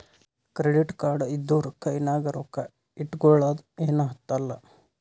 credit card ಇದ್ದೂರ ಕೈನಾಗ್ ರೊಕ್ಕಾ ಇಟ್ಗೊಳದ ಏನ್ ಹತ್ತಲಾ